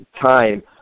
time